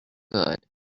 good